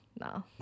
No